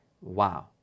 Wow